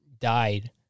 died